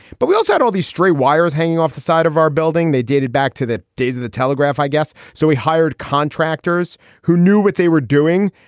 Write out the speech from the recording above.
but we had so had all these stray wires hanging off the side of our building. they dated back to the days of the telegraph, i guess. so we hired contractors who knew what they were doing.